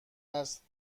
است